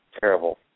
terrible